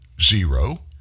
Zero